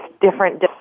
different